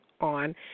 on